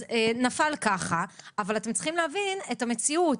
אז נפל ככה אבל אתם צריכים להבין את המציאות.